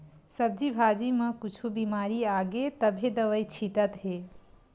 सब्जी भाजी म कुछु बिमारी आगे तभे दवई छितत हे